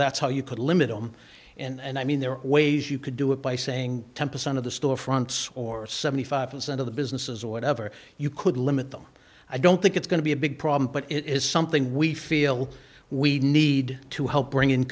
that's how you could limit on and i mean there are ways you could do it by saying ten percent of the storefronts or seventy five percent of the businesses or whatever you could limit them i don't think it's going to be a big problem but it is something we feel we need to help bring in